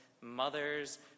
mothers